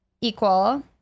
equal